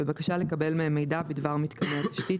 בבקשה לקבל מהם מידע בדבר מיתקני התשתית